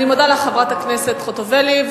אני מודה לך, חברת הכנסת חוטובלי.